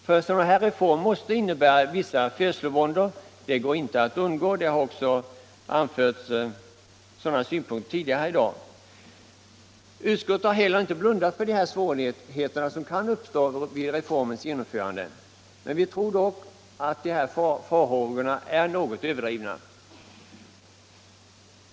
En sådan här reform måste innebära vissa födslovåndor, det går inte att undgå. De synpunkterna har också anförts tidigare i debatten. Utskottet har inte heller blundat för de svårigheter som kan uppstå vid reformens genomförande. Men vi tror att de är något överdrivna.